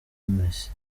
messi